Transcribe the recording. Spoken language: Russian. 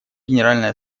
генеральной